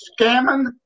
scamming